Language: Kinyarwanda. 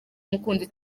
umukunzi